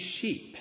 sheep